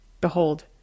Behold